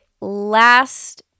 last